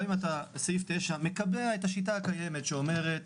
גם אם סעיף 9 מקבע את השיטה הקיימת שאומרת,